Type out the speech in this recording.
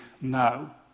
now